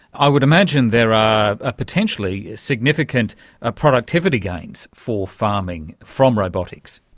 i would imagine there are ah potentially significant ah productivity gains for farming from robotics.